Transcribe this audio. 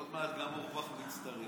ועוד מעט גם אורבך מצטרף,